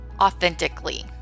authentically